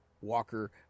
Walker